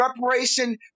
reparation